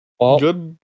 good